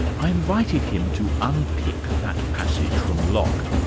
i invited him to unpick that passage from locke.